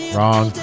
Wrong